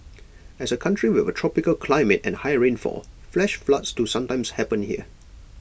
as A country with A tropical climate and high rainfall flash floods do sometimes happen here